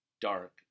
dark